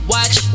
Watch